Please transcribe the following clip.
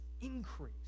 increase